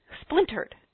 splintered